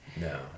No